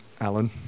Alan